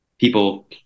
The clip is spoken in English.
people